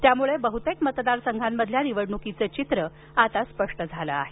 त्यामुळे बहुतेक मतदार संघांमधील निवडणुकीचं चित्र आता स्पष्ट झालं आहे